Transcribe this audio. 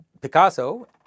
Picasso